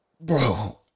Bro